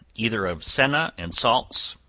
either of senna and salts,